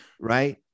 Right